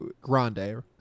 grande